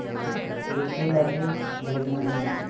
की की लगी भेजने में?